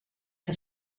que